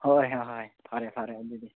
ꯍꯣꯏ ꯍꯣꯏ ꯍꯣꯏ ꯐꯔꯦ ꯐꯔꯦ ꯑꯗꯨꯗꯤ